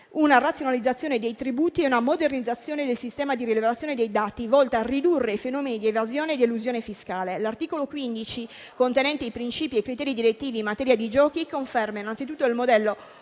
una razionalizzazione dei tributi e una modernizzazione del sistema di rilevazione dei dati volta a ridurre i fenomeni di evasione ed elusione fiscale. L'articolo 15, contenente i principi e i criteri direttivi in materia di giochi, conferma innanzitutto il modello